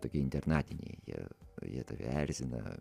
tokie internatiniai jie jie tave erzina